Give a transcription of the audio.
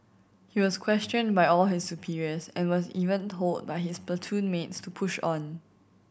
he was questioned by all his superiors and was even told by his platoon mates to push on